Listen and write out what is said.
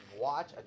watch